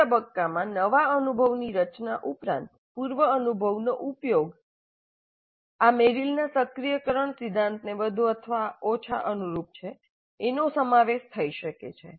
આ તબક્કામાં નવા અનુભવની રચના ઉપરાંત પૂર્વ અનુભવનો ઉપયોગ આ મેરિલના સક્રિયકરણ સિદ્ધાંતને વધુ અથવા ઓછા અનુરૂપ છે નો સમાવેશ થઈ શકે છે